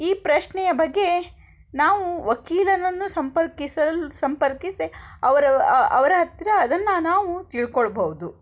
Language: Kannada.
ಈ ಪ್ರಶ್ನೆಯ ಬಗ್ಗೆ ನಾವು ವಕೀಲರನ್ನು ಸಂಪರ್ಕಿಸಲು ಸಂಪರ್ಕಿಸಿ ಅವರ ಅವರ ಹತ್ತಿರ ಅದನ್ನು ನಾವು ತಿಳ್ಕೊಳ್ಳಬಹುದು